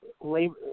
labor